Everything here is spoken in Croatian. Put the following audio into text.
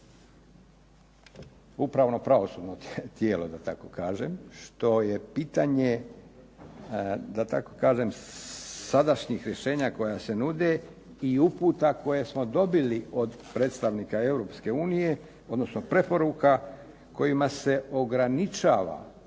upravno pravosudno tijelo da tako kažem, što je pitanje da tako kažem sadašnjih rješenja koja se nude i uputa koje smo dobili od predstavnika Europske unije, odnosno preporuka kojima se ograničava,